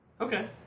Okay